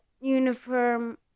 uniform